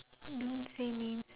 don't say names